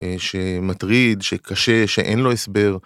שמטריד, שקשה, שאין לו הסבר.